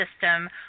system